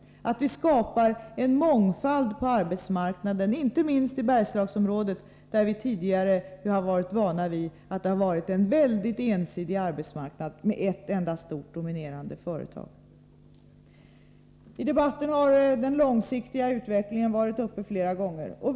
Det gäller att skapa en mångfald på arbetsmarknaden — inte minst i Bergslagsområdet, där vi tidigare varit vana vid en mycket ensidig arbetsmarknad med ett enda stort dominerande företag. : Flera gånger har frågan om den långsiktiga utvecklingen varit aktuell i debatten.